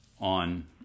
on